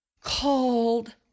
called